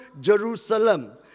Jerusalem